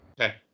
Okay